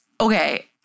Okay